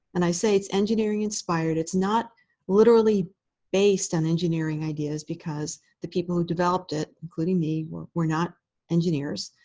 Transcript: and i say it's engineering-inspired, it's not literally based on engineering ideas because the people who developed it, including me, were were not engineers.